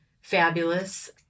fabulous